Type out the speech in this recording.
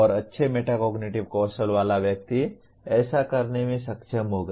और अच्छे मेटाकोग्निटिव कौशल वाला व्यक्ति ऐसा करने में सक्षम होगा